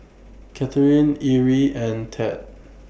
Katheryn Erie and Ted